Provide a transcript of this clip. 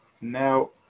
now